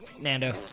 Nando